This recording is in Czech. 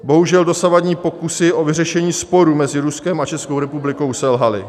Bohužel, dosavadní pokusy o vyřešení sporů mezi Ruskem a Českou republikou selhaly.